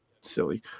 silly